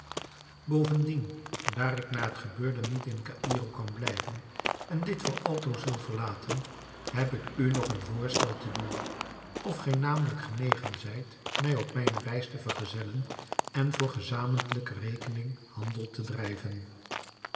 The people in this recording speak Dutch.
bovendien daar ik na het gebeurde niet in caïro kan blijven en dit voor altoos wil verlaten heb ik u nog een voorstel te doen of gij namelijk genegen zijt mij op mijne reis te vergezellen en voor gezamentlijke rekening handel te drijven